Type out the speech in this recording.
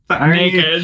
Naked